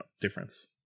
difference